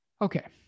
Okay